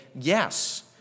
yes